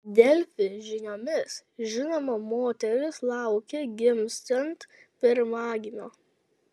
delfi žiniomis žinoma moteris laukia gimsiant pirmagimio